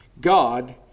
God